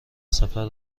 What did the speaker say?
سفر